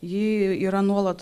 ji yra nuolat